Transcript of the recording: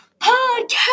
Podcast